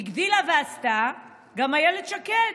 הגדילה ועשתה גם אילת שקד: